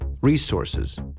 resources